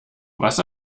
was